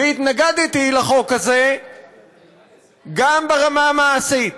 התנגדתי לחוק הזה גם ברמה המעשית,